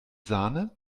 sahne